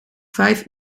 vijf